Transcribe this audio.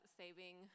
saving